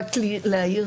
אחת הבעיות